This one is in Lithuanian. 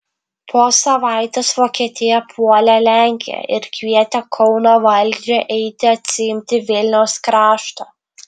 po savaitės vokietija puolė lenkiją ir kvietė kauno valdžią eiti atsiimti vilniaus krašto